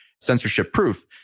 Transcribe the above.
censorship-proof